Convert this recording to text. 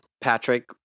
Patrick